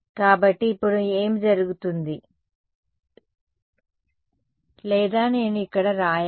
కాబట్టి ఇప్పుడు ఏమి జరుగుతుంది లేదా నేను ఇక్కడ వ్రాయాలి